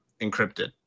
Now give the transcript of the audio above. encrypted